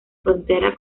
frontera